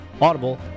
Audible